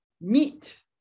Meat